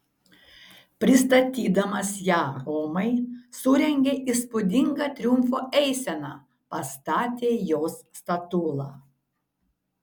pristatydamas ją romai surengė įspūdingą triumfo eiseną pastatė jos statulą